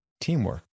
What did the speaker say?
teamwork